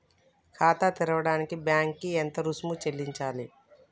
ఖాతా తెరవడానికి బ్యాంక్ కి ఎంత రుసుము చెల్లించాలి?